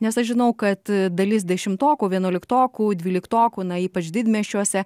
nes aš žinau kad dalis dešimtokų vienuoliktokų dvyliktokų na ypač didmiesčiuose